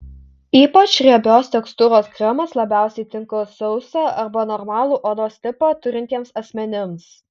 ypač riebios tekstūros kremas labiausiai tinka sausą arba normalų odos tipą turintiems asmenims